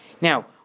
Now